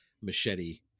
Machete